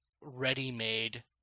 ready-made